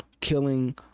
killing